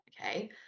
Okay